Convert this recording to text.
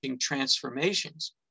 transformations